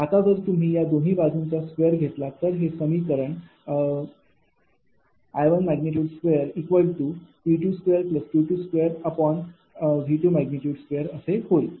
आता जर तुम्ही या दोन्ही बाजूंचा स्क्वेअर घेतला तर हे समीकरण I2 P2Q2 V2असे होईल